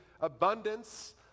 abundance